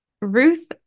Ruth